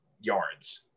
yards